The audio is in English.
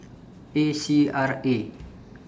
A C R A